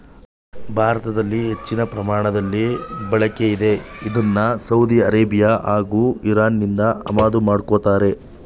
ಭಾರತದಲ್ಲಿ ಹೆಚ್ಚಿನ ಪ್ರಮಾಣದಲ್ಲಿ ಬಳಕೆಯಿದೆ ಇದ್ನ ಸೌದಿ ಅರೇಬಿಯಾ ಹಾಗೂ ಇರಾನ್ನಿಂದ ಆಮದು ಮಾಡ್ಕೋತಾರೆ